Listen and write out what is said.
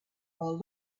while